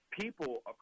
People